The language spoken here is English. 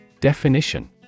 Definition